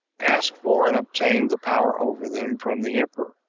asked for and obtained the power over them from the emperor,